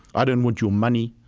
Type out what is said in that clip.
i don't want your money.